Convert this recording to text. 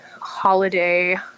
holiday